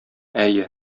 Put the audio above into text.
әйе